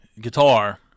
guitar